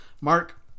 Mark